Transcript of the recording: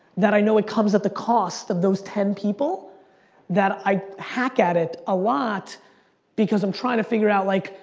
that i know it comes at the cost of those ten people that i hack at it a lot because i'm trying to figure out like,